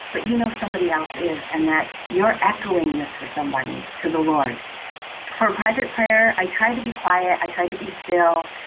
but, you know, somebody else is and that you're echoing this for somebody to the lord for private prayer. i tried to be quiet. i tried to be still.